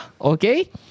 okay